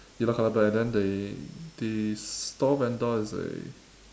yellow colour bird and then the the store vendor is a